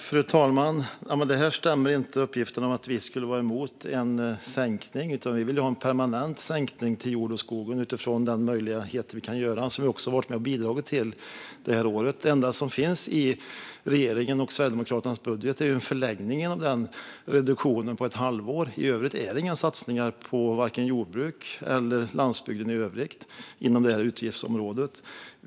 Fru talman! Uppgiften om att vi skulle vara emot en sänkning stämmer inte, utan vi vill ha en permanent sänkning till jord och skogsbruk utifrån det som är möjligt. Det har vi också varit med och bidragit till i år. Det enda som finns med i regeringens och Sverigedemokraternas budget är en förlängning av denna reduktion under ett halvår. I övrigt är det inga satsningar på vare sig jordbruket eller landsbygden i övrigt inom detta utgiftsområde.